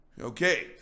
Okay